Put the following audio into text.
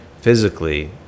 physically